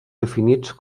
definits